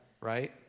right